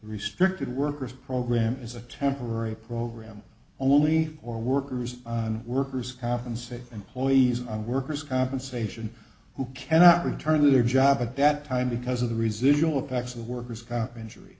restricted workers program is a temporary program only or workers on workers compensation employees of workers compensation who cannot return to their job at that time because of the residual effects of workers comp injury